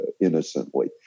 innocently